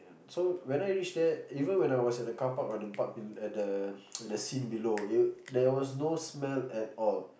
so when I reach there even when I was at the carpark or the park in at the at the scene below it there was no smell at all